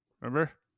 Remember